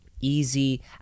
easy